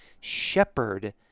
shepherd